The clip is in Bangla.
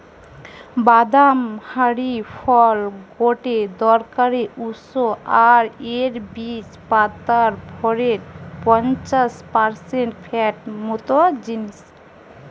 বাদাম হারি ফল গটে দরকারি উৎস আর এর বীজ পাতার ভরের পঞ্চাশ পারসেন্ট ফ্যাট মত জিনিস